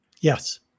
Yes